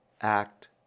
act